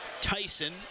Tyson